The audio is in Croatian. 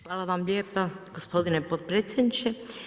Hvala vam lijepa gospodine potpredsjedniče.